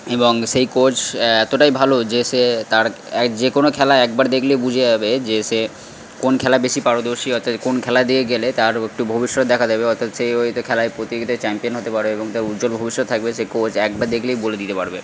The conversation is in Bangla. এবং সেই কোচ এতটাই ভালো যে সে তার এক যে কোনো খেলা একবার দেখলে বুঝে যাবে যে সে কোন খেলায় বেশি পারদর্শী কোন খেলার দিকে গেলে তার ও একটু ভবিষ্যৎ দেখা দেবে অর্থাৎ সেই ওয়েতে খেলায় প্রতিযোগিতায় চ্যাম্পিয়ন হতে পারে এবং তার উজ্জ্বল ভবিষ্যৎ থাকবে সে কোচ একবার দেখলেই বলে দিতে পারবে